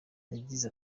yagize